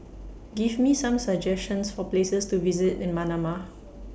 Give Me Some suggestions For Places to visit in Manama